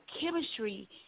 chemistry